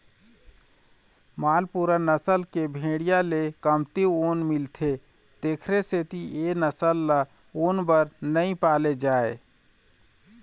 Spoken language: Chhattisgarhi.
मालपूरा नसल के भेड़िया ले कमती ऊन मिलथे तेखर सेती ए नसल ल ऊन बर नइ पाले जाए